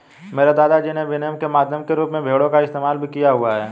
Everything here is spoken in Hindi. मेरे दादा जी ने विनिमय के माध्यम के रूप में भेड़ों का इस्तेमाल भी किया हुआ है